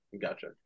gotcha